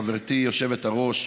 חברתי היושבת-ראש,